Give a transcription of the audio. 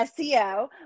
SEO